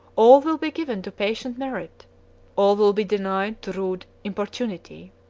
all will be given to patient merit all will be denied to rude importunity.